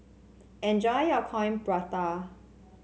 enjoy your Coin Prata